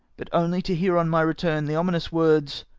but only to hear on my return the ominous words,